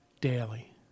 daily